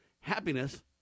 happiness